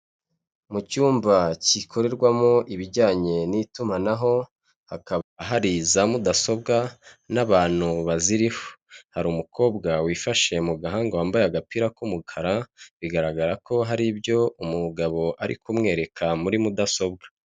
Mu cyumba kikorerwamo ibijyanye n'itumanaho, hakaba hari za mudasobwa n'abantu baziriho. Hari umukobwa wifashe mu gahanga wambaye agapira k'umukara, bigaragara ko hari ibyo umugabo ari kumwereka muri mudasobwa.